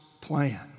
plan